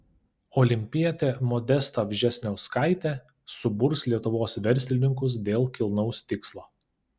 olimpietė modesta vžesniauskaitė suburs lietuvos verslininkus dėl kilnaus tikslo